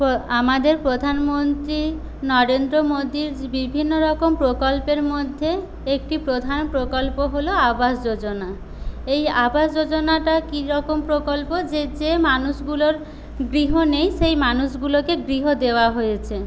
আমাদের প্রধানমন্ত্রী নরেন্দ্র মোদীর বিভিন্ন রকম প্রকল্পের মধ্যে একটি প্রধান প্রকল্প হল আবাস যোজনা এই আবাস যোজনাটা কীরকম প্রকল্প যে যে মানুষগুলোর গৃহ নেই সেই মানুষগুলোকে গৃহ দেওয়া হয়েছে